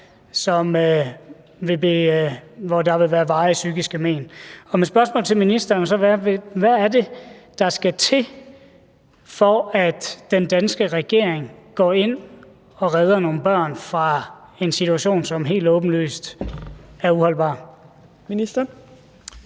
for at den danske regering går ind og redder nogle børn fra en situation, som helt åbenlyst er uholdbar?